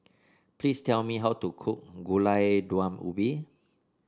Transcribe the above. please tell me how to cook Gulai Daun Ubi